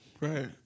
Right